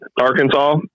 Arkansas